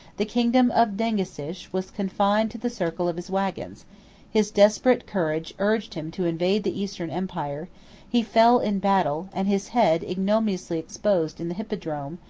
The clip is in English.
the kingdom of dengisich was confined to the circle of his wagons his desperate courage urged him to invade the eastern empire he fell in battle and his head ignominiously exposed in the hippodrome,